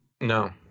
no